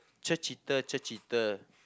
cher cheater cher cheater